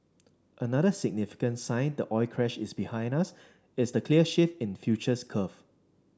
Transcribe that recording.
another significant sign the oil crash is behind us is the clear shift in futures curve